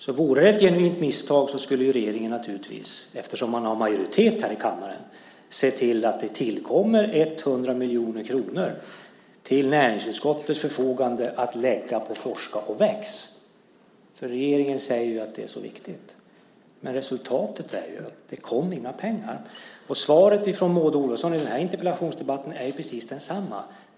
Så om det vore ett genuint misstag skulle regeringen naturligtvis, eftersom man har majoritet här i kammaren, se till att det tillkommer 100 miljoner kronor till näringsutskottets förfogande att lägga på Forska och väx. För regeringen säger att det är så viktigt. Men resultatet är att det inte kom några pengar. Svaret från Maud Olofsson i den här interpellationsdebatten är precis detsamma.